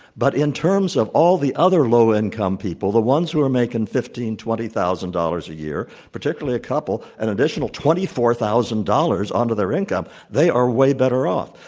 but in terms of all the other low-income people, the ones who are making fifteen thousand, twenty thousand dollars a year, particularly a couple, an additional twenty four thousand dollars onto their income, they are way better off.